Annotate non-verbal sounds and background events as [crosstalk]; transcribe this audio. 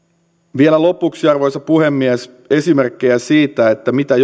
vielä lopuksi arvoisa puhemies esimerkkejä siitä mitä [unintelligible]